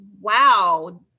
wow